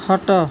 ଖଟ